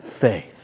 faith